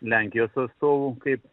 lenkijos atstovų kaip